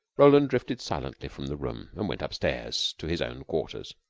roland drifted silently from the room, and went up-stairs to his own quarters.